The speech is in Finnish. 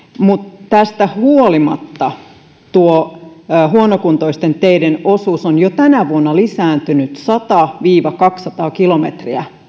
mutta tästä huolimatta huonokuntoisten teiden osuus on jo tänä vuonna lisääntynyt sata viiva kaksisataa kilometriä